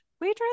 waitress